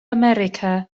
america